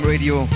Radio